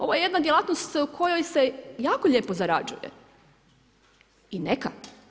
Ovo je jedna djelatnost u kojoj se jako lijepo zarađuje i neka.